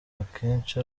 akenshi